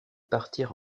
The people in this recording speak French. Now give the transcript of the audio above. partir